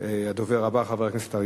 תודה רבה לחבר הכנסת יצחק הרצוג.